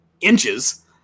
inches